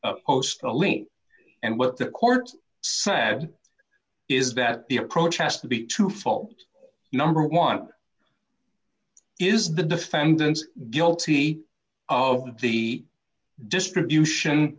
link and what the court said is that the approach has to be to fault number one is the defendants guilty of the distribution